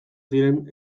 ziren